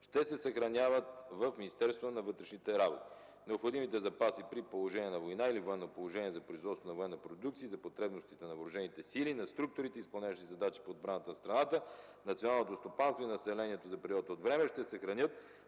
ще се съхраняват в Министерството на вътрешните работи. Необходимите запаси при положение на война или военно положение за производство на военна продукция и за потребностите на въоръжените сили, на структурите, изпълняващи задачи по отбраната на страна, националното стопанство и населението за период от време ще се съхранят